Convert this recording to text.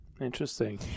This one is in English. Interesting